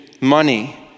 money